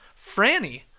Franny